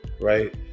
right